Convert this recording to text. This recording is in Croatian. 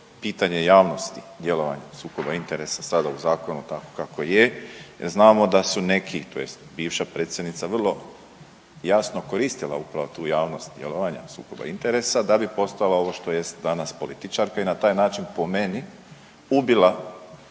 pitanje javnosti djelovanje sukoba interesa sada u zakonu tako kako je, jer znamo da su neki, tj. bivša predsjednica vrlo jasno koristila upravo tu javnost djelovanja sukoba interesa da bi postala ovo što jest danas, političarka i na taj način po meni ubila